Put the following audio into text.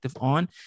on